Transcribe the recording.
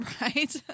Right